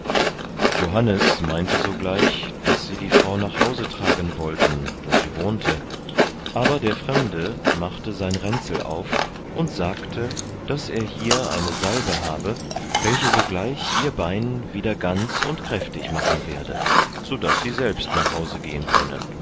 johannes meinte sogleich daß sie die frau nach hause tragen wollten wo sie wohnte aber der fremde machte sein ränzel auf und sagte daß er hier eine salbe habe welche sogleich ihr bein wieder ganz und kräftig machen werde so daß sie selbst nach hause gehen könne